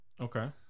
Okay